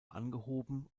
angehoben